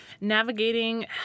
navigating